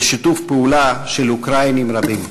לשיתוף פעולה של אוקראינים רבים.